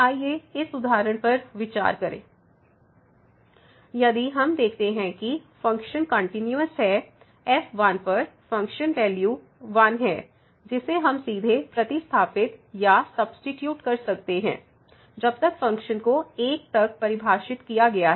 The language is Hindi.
आइए इस उदाहरण पर विचार करें fxx2 2≤x≤1 3x 2 1x≤2 यदि हम देखते हैं कि फ़ंक्शन कंटिन्यूस है f 1 पर फ़ंक्शन वैल्यू 1 है जिसे हम सीधे प्रतिस्थापित या सब्सीट्यूट कर सकते हैं जब तक फ़ंक्शन को 1 तक परिभाषित किया गया है